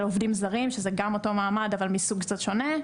עובדים זרים שגם זה אותו מעמד אבל מסוג קצת שונה,